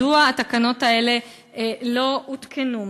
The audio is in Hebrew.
מדוע התקנות האלה לא הותקנו?